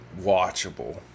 watchable